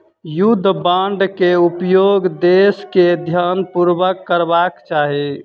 युद्ध बांड के उपयोग देस के ध्यानपूर्वक करबाक चाही